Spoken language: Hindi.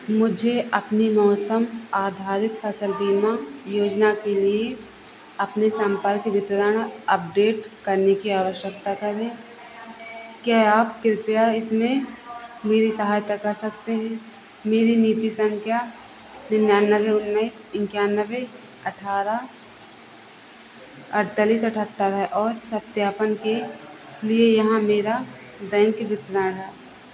मुझे अपनी मौसम आधारित फसल बीमा योजना के लिए अपने सम्पर्क वितरण अपडेट करने की आवश्यकता है क्या आप कृपया इसमें मेरी सहायता कर सकते हैं मेरी नीति संख्या निन्यानबे उन्नीस एकानबे अठारह अड़तीस अठहत्तर है और सत्यापन के लिए यहाँ मेरा बैंक विवतण है